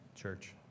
church